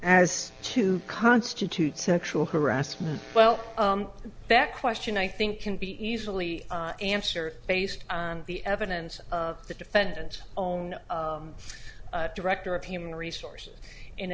as to constitute sexual harassment well that question i think can be easily answer based on the evidence of the defendant's own director of human resources in